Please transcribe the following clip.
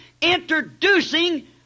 Introducing